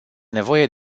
nevoie